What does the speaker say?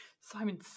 Simon